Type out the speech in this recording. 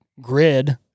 grid